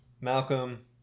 Malcolm